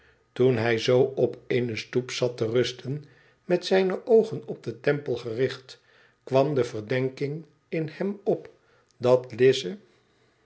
toen hij zoo op eene stoep zat te rusten met zijne oogen op den temple gericht kwam de verdenking in hem op dat lize